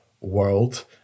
world